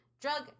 drug